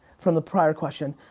from the prior question,